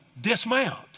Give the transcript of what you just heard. dismount